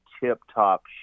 tip-top